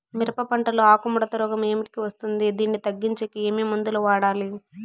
మిరప పంట లో ఆకు ముడత రోగం ఏమిటికి వస్తుంది, దీన్ని తగ్గించేకి ఏమి మందులు వాడాలి?